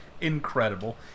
incredible